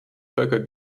völker